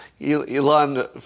Elon